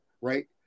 Right